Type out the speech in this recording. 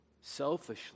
selfishly